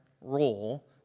role